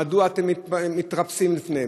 מדוע אתם מתרפסים בפניהם,